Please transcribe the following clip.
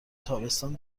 تابستان